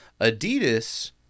adidas